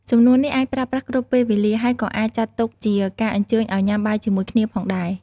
សំណួរនេះអាចប្រើបានគ្រប់ពេលវេលា ហើយក៏អាចចាត់ទុកជាការអញ្ជើញឲ្យញ៉ាំបាយជាមួយគ្នាផងដែរ។